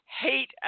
hate